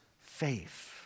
faith